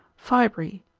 fibrae,